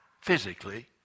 physically